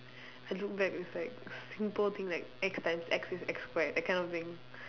I look back it's like simple thing like X times X is X square that kind of thing